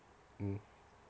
mm